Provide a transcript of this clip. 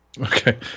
Okay